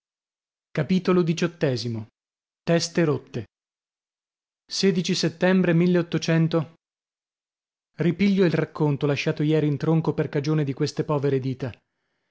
a io viste rotte settembre ripiglio il racconto lasciato ieri in tronco per cagione di queste povere dita